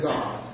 God